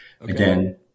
again